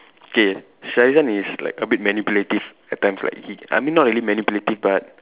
K Sharizan is like a bit manipulative at times like he I mean not really manipulative but